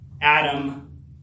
Adam